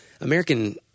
American –